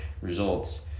results